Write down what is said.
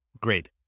Great